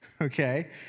Okay